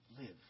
live